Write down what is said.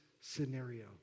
scenario